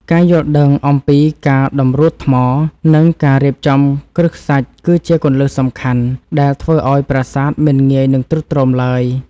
ការយល់ដឹងអំពីការតម្រួតថ្ម និង ការរៀបគ្រឹះខ្សាច់គឺជាគន្លឹះសំខាន់ដែលធ្វើឱ្យប្រាសាទមិនងាយនឹងទ្រុឌទ្រោមឡើយ។